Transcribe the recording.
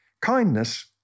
Kindness